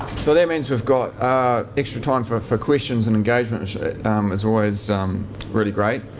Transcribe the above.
so that means we've got extra time for for questions, and engagement is always really great.